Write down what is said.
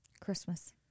Christmas